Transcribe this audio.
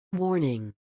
Warning